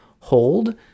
hold